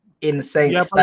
insane